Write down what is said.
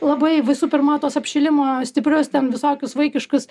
labai visų pirma tuos apšilimo stiprius ten visokius vaikiškus